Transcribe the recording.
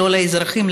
לא לאזרחים,